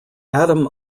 adam